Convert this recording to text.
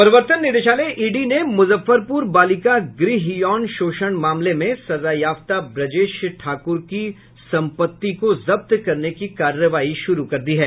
प्रर्वतन निदेशालय ईडी ने मुजफ्फरपुर बालिका गृह यौन शोषण मामले में सजायाफ्ता ब्रजेश ठाकुर की सपंत्ति को जब्त करने की कार्रवाई शुरु कर दी है